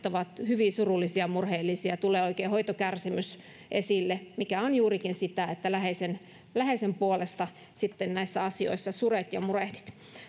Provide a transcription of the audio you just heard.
ovat hyvin surullisia ja murheellisia ja tulee oikein hoitokärsimys esille mikä on juurikin sitä että läheisen läheisen puolesta näissä asioissa suret ja murehdit